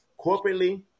corporately